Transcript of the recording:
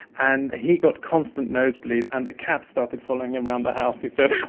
and he got constant nosebleeds and the cat started following him around the house he said.